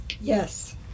Yes